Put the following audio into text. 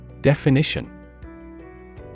Definition